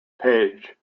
page